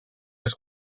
les